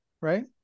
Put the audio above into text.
right